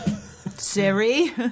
Siri